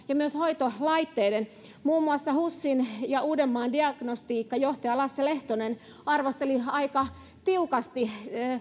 ja myös hoitolaitteiden osalta muun muassa husin diagnostiikkajohtaja lasse lehtonen arvosteli aika tiukasti